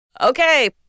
Okay